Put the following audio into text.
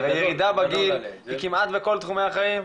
הירידה בגיל היא כמעט בכל תחומי החיים,